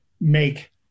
make